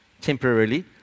temporarily